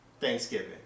Thanksgiving